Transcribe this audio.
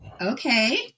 okay